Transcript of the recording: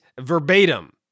verbatim